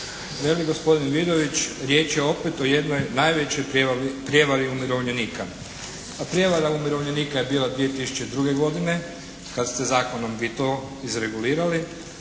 Veli gospodin Vidović riječ je opet o jednoj najvećoj prijevari umirovljenika. Pa prijevara umirovljenika je bila 2002. godine kad ste zakonom vi to izregulirali,